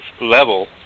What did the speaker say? level